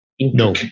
No